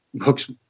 hooks